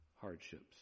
hardships